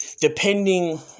depending